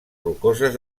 rocoses